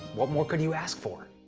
what more could you ask for?